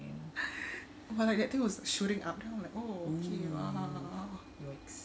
what I get to is shooting up then I'm like oh okay !wow!